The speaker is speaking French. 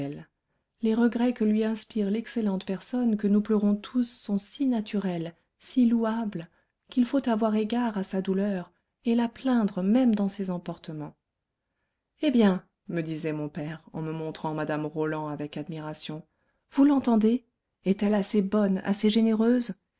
les regrets que lui inspire l'excellente personne que nous pleurons tous sont si naturels si louables qu'il faut avoir égard à sa douleur et la plaindre même dans ses emportements eh bien me disait mon père en me montrant mme roland avec admiration vous l'entendez est-elle assez bonne assez généreuse